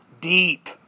deep